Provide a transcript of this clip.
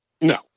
No